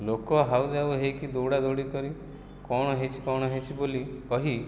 ଲୋକ ହାଉଯାଉ ହେଇକି ଦୌଡ଼ାଦୌଡ଼ି କରି କ'ଣ ହେଇଛି କ'ଣ ହେଇଛି ବୋଲି କହି